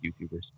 YouTubers